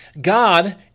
God